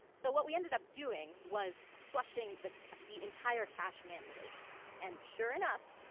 so what we ended up doing was flushing the the entire cache manually and sure enough,